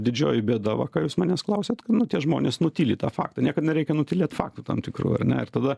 didžioji bėda va ką jūs manęs klausiat kad nu tie žmonės nutyli tą faktą niekad nereikia nutylėt faktų tam tikrų ar ne ir tada